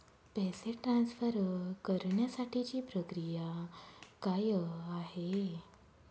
पैसे ट्रान्सफर करण्यासाठीची प्रक्रिया काय आहे?